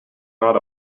not